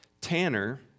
Tanner